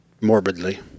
morbidly